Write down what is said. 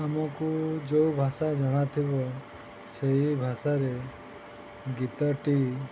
ଆମକୁ ଯୋଉ ଭାଷା ଜଣାଥିବ ସେଇ ଭାଷାରେ ଗୀତଟି